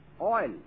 oil